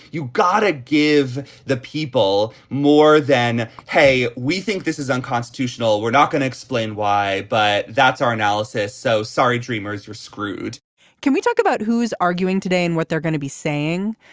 you gotta give the people more than hey we think this is unconstitutional we're not going to explain why but that's our analysis. so sorry dreamers you're screwed can we talk about who is arguing today and what they're going to be saying.